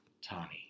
Tani